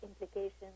implications